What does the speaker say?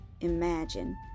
Imagine